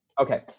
Okay